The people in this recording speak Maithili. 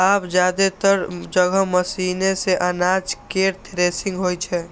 आब जादेतर जगह मशीने सं अनाज केर थ्रेसिंग होइ छै